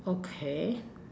okay